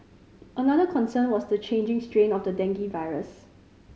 another concern was the changing strain of the dengue virus